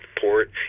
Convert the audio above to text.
port